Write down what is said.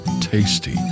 tasty